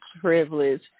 privilege